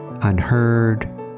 unheard